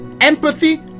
empathy